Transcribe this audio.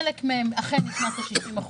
חלק מהם אכן נכנס ה-60%